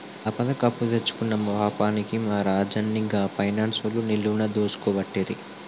ఆపదకు అప్పుదెచ్చుకున్న పాపానికి మా రాజన్ని గా పైనాన్సోళ్లు నిలువున దోసుకోవట్టిరి